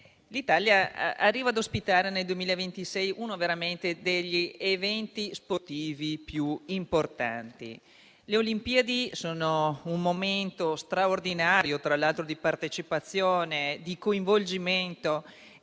l'Italia arriva ad ospitare, nel 2026, uno degli eventi sportivi più importanti. Le Olimpiadi sono un momento straordinario di partecipazione e di coinvolgimento.